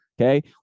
Okay